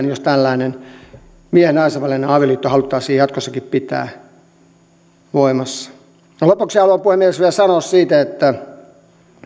mitään jos tällainen miehen ja naisen välinen avioliitto haluttaisiin jatkossakin pitää voimassa lopuksi haluan puhemies vielä sanoa siitä että